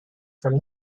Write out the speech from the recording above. from